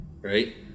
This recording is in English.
Right